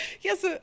yes